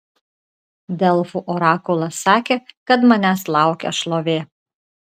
delfų orakulas sakė kad manęs laukia šlovė